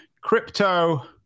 crypto